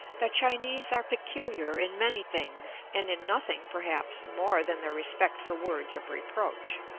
the chinese are peculiar in many things, and in nothing, perhaps, more than their respect for words of reproach.